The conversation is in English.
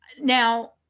Now